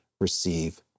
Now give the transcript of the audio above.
receive